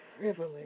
privilege